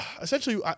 essentially